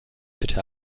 bitte